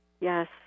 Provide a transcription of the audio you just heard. Yes